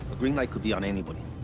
green light could be on anybody,